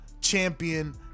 champion